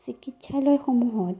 চিকিৎসালয়সমূহত